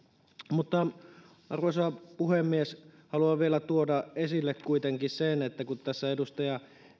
arvoisa puhemies haluan vielä tuoda esille kuitenkin sen kun tässä edustaja